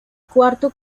cuarto